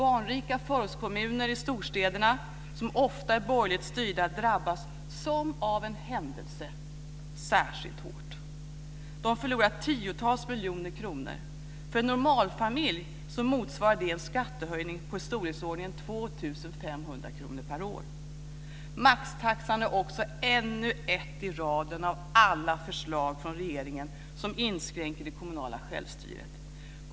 Barnrika förortskommuner i storstäderna, som ofta är borgerligt styrda, drabbas, som av en händelse, särskilt hårt. För en normalfamilj motsvarar det en skattehöjning på i storleksordningen 2 500 kr per år. Maxtaxan är ännu ett i raden av alla förslag från regeringen som inskränker det kommunala självstyret.